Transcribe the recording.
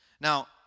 Now